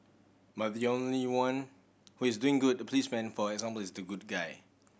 but the only one who is doing good the policeman for example is the good guy